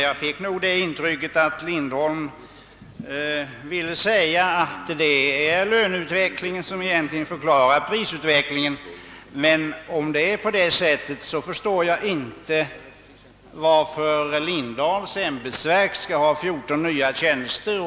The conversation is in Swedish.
Jag fick det intrycket att herr Lindholm ville säga att det egentligen är löneutvecklingen som förklarar prisutvecklingen. Om det förhåller sig så, förstår jag inte varför herr Lindahls ämbetsverk skall ha 14 nya tjänster.